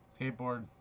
skateboard